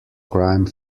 crime